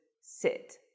sit